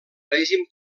règim